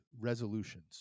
resolutions